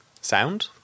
Sound